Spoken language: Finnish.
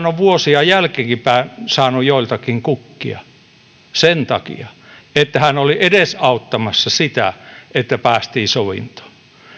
on vuosia jälkeenpäinkin saanut joiltakin kukkia sen takia että hän oli edesauttamassa sitä että päästiin sovintoon